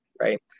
right